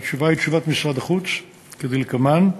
התשובה היא תשובת משרד החוץ, כדלקמן: